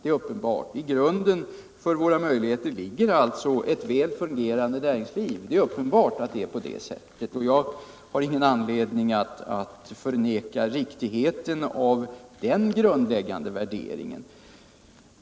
Det är uppenbart att grunden för våra möjligheter är ett väl fungerande näringsliv. Jag har ingen anledning att förneka riktigheten av denna grundläggande värdering.